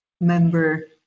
member